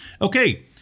Okay